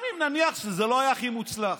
גם אם נניח שזה לא היה הכי מוצלח,